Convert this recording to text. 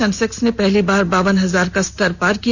Sensex ने पहली बार बावन हजार के स्तर को पार किया